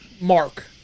Mark